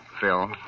Phil